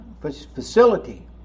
facility